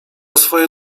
swoje